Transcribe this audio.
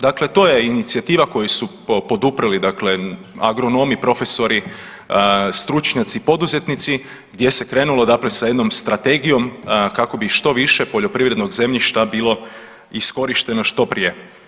Dakle to je inicijativa koju su poduprli dakle agronomi, profesori, stručnjaci i poduzetnici gdje se krenulo dakle sa jednom strategijom kako bi što više poljoprivrednog zemljišta bilo iskorišteno što prije.